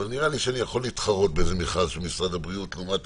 אבל נראה לי שאני יכול להתחרות באיזה מכרז של משרד הבריאות לעומת